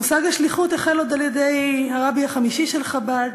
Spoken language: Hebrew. מושג השליחות החל עוד על-ידי הרבי החמישי של חב"ד,